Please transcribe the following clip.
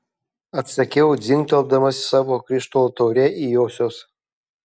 atsakiau dzingteldamas savo krištolo taure į josios